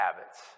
habits